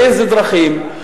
באיזה דרכים?